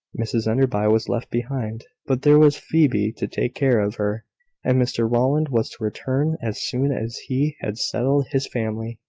mrs enderby was left behind but there was phoebe to take care of her and mr rowland was to return as soon as he had settled his family.